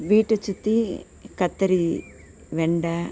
வீட்டை சுற்றி கத்திரி வெண்டை